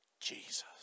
Jesus